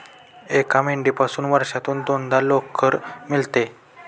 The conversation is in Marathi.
एका मेंढीपासून वर्षातून दोनदा लोकर मिळते